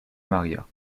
maria